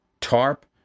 TARP